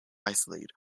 isolated